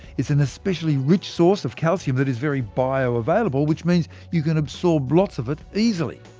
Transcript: it's an especially rich source of calcium that is very bio-available, which means you can absorb lots of it easily.